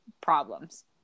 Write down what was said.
problems